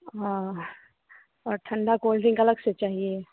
हाँ और ठंडा कोल्ड ड्रिंक अलग से चाहिए